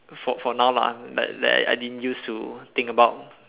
for for now lah like like I didn't used to think about